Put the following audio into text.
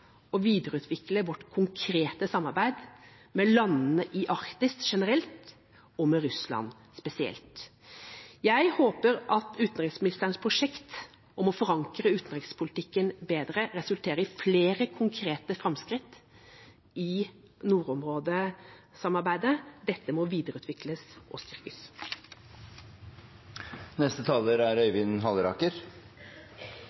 å videreutvikle vårt konkrete samarbeid med landene i Arktis generelt og med Russland spesielt. Jeg håper at utenriksministerens prosjekt for å forankre utenrikspolitikken bedre resulterer i flere konkrete framskritt i nordområdesamarbeidet. Dette må videreutvikles og